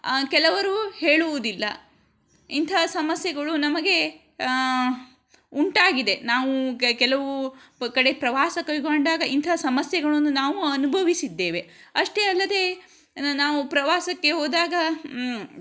ಕೆಲವರು ಹೇಳುವುದಿಲ್ಲ ಇಂತಹ ಸಮಸ್ಯೆಗಳು ನಮಗೆ ಉಂಟಾಗಿದೆ ನಾವು ಕೆಲವು ಕಡೆ ಪ್ರವಾಸ ಕೈಗೊಂಡಾಗ ಇಂಥ ಸಮಸ್ಯೆಗಳನ್ನು ನಾವು ಅನುಭವಿಸಿದ್ದೇವೆ ಅಷ್ಟೇ ಅಲ್ಲದೆ ನಾವು ಪ್ರವಾಸಕ್ಕೆ ಹೋದಾಗ